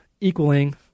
equaling